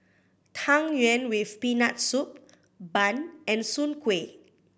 Tang Yuen with Peanut Soup bun and Soon Kuih